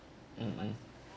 mm mm